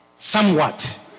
Somewhat